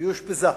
והיא אושפזה.